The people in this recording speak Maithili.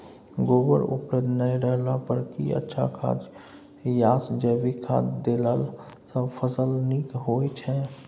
गोबर उपलब्ध नय रहला पर की अच्छा खाद याषजैविक खाद देला सॅ फस ल नीक होय छै?